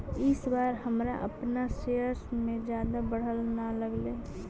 इस बार हमरा अपन शेयर्स में जादा बढ़त न लगअ हई